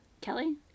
Kelly